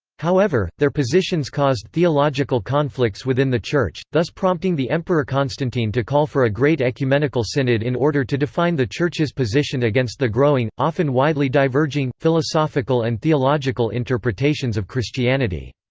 however, their positions caused theological conflicts within the church, thus prompting the emperor constantine to call for a great ecumenical synod in order to define the church's position against the growing, often widely diverging, philosophical and theological interpretations of christianity.